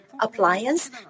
appliance